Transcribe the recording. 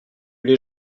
les